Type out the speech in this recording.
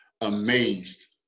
amazed